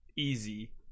Easy